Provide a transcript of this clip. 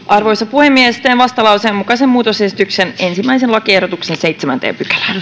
puhemies teen vastalauseen mukaisen muutosesityksen ensimmäisen lakiehdotuksen seitsemänteen